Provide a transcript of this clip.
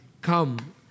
come